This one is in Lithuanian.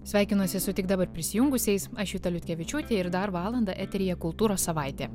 sveikinuosi su tik dabar prisijungusiais aš juta liutkevičiūtė ir dar valandą eteryje kultūros savaitė